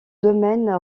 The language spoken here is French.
domaine